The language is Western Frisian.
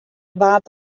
waard